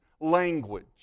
language